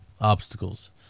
obstacles